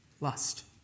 Lust